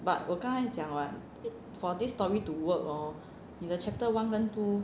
but 我刚才讲 what for this story to work hor 你的 chapter one 跟 two